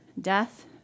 Death